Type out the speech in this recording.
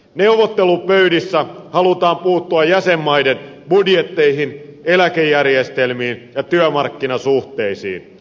neuvottelupöydissä halutaan puuttua jäsenmaiden budjetteihin eläkejärjestelmiin ja työmarkkinasuhteisiin